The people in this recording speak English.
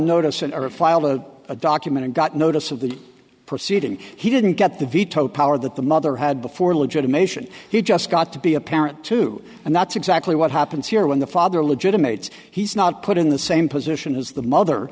notice and filed a document and got notice of the proceeding he didn't get the veto power that the mother had before legitimation he just got to be a parent too and that's exactly what happens here when the father legitimates he's not put in the same position as the mother